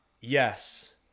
yes